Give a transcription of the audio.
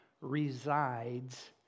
resides